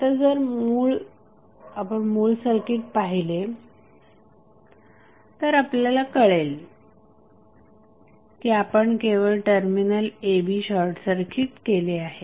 आता जर आपण मूळ सर्किट पाहिले तर आपल्याला कळेल की आपण केवळ टर्मिनल a b शॉर्टसर्किट केले आहे